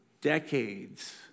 decades